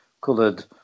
coloured